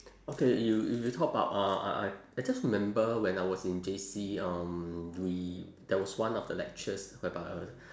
okay you you you talk about uh I I I just remember when I was in J_C um we there was one of the lectures whereby